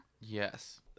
Yes